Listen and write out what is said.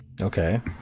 Okay